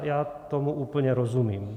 Já tomu úplně rozumím.